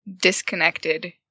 disconnected